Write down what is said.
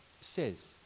says